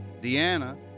Deanna